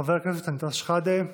חבר הכנסת אנטאנס שחאדה,